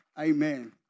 Amen